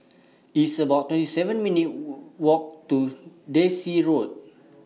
It's about twenty seven minutes' Walk to Daisy Road